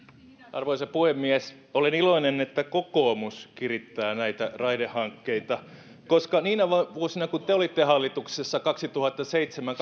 arvoisa puhemies olen iloinen että kokoomus kirittää näitä raidehankkeita koska niinä vuosina kun te olitte hallituksessa kaksituhattaseitsemän